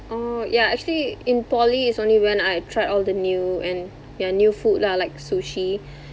oh yeah actually in poly it's only when I tried all the new and ya new food lah like sushi